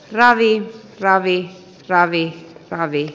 ralliin ravi ravi ravit